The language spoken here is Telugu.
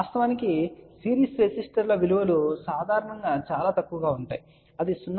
వాస్తవానికి సిరీస్ రెసిస్టర్ల విలువ సాధారణంగా చాలా తక్కువగా ఉంటుంది అది 0